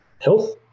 health